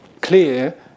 clear